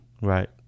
right